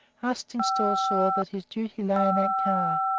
arstingstall saw that his duty lay in that car.